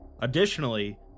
Additionally